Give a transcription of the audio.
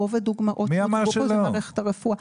רוב הדוגמאות שניתנו פה זה מערכת הרפואה.